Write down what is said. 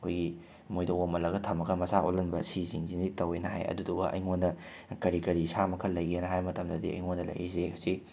ꯑꯩꯈꯣꯏꯒꯤ ꯃꯣꯏꯗ ꯑꯣꯝꯍꯜꯂꯒ ꯊꯝꯃꯒ ꯃꯆꯥ ꯑꯣꯜꯍꯟꯕ ꯁꯤꯁꯤꯡꯁꯤ ꯇꯧꯋꯦꯅ ꯍꯥꯏ ꯑꯗꯨꯗꯨꯒ ꯑꯩꯉꯣꯟꯗ ꯀꯔꯤ ꯀꯔꯤ ꯁꯥ ꯃꯈꯜ ꯂꯩꯒꯦꯅ ꯍꯥꯏꯕ ꯃꯇꯝꯗꯗꯤ ꯑꯩꯉꯣꯟꯗ ꯂꯩꯔꯤꯁꯤ ꯍꯧꯖꯤꯛ